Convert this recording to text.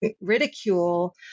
ridicule